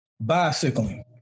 Bicycling